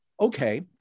Okay